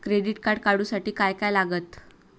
Credit card काढूसाठी काय काय लागत?